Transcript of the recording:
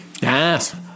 yes